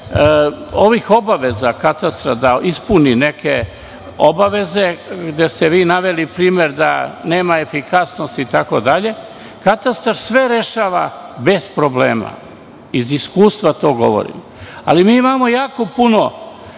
ovih obaveza katastra da ispuni neke obaveze, gde ste vi naveli primer da nema efikasnost itd, katastar sve rešava bez problema. Iz iskustva to govorim. Ali, mi imamo jako puno